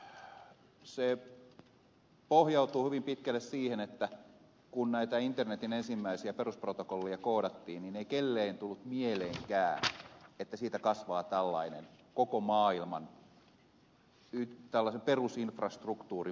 se pohjautuu hyvin pitkälle siihen että kun näitä internetin ensimmäisiä perusprotokollia koodattiin niin ei kellekään tullut mieleenkään että siitä kasvaa tällainen koko maailman perusinfrastruktuurin muodostava tietojenkäsittelyverkko